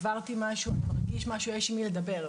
עברתי משהו, אני מרגיש משהו, יש עם מי לדבר.